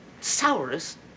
sourest